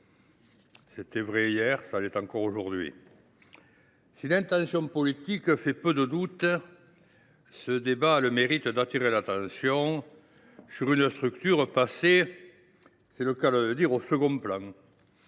C’était vrai hier, ça l’est encore aujourd’hui. Si l’intention politique fait peu de doute, ce débat a le mérite d’appeler l’attention sur une structure passée, c’est le cas de le dire, au second plan…